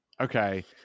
okay